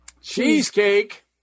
Cheesecake